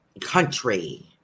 country